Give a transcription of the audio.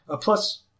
Plus